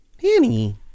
Penny